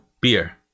beer